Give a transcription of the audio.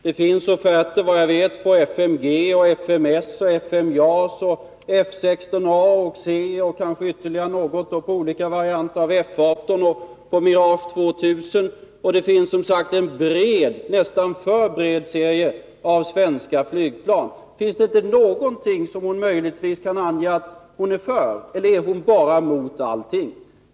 Det finns — såvitt jag vet — offerter på F5 G, FSS, FS JAS, F 16 A och C och kanske ytterligare något och på olika varianter av F 18 och på Mirage 2 000. Det finns en bred — nästan för bred — serie av svenska flygplan. Är det möjligtvis inte någonting som Maj Britt Theorin kan ange att hon är för, eller är hon bara mot allting?